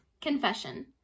confession